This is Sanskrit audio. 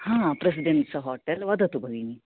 हा प्रेसिडेन्स् होटेल् वदतु भगिनी